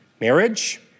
Marriage